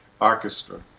orchestra